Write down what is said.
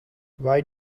why